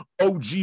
OG